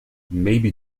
maybe